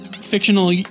fictional